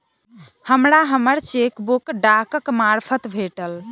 हमरा हम्मर चेकबुक डाकक मार्फत भेटल